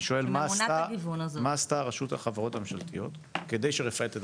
אני שואל מה עשתה רשות החברות הממשלתיות כדי ש"רפאל" תדווח?